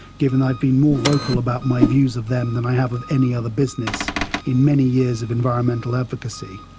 given i have been more vocal about my views of them than i have of any other business in many years of environmental advocacy.